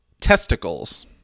Testicles